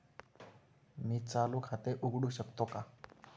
मी चालू खाते उघडू शकतो का?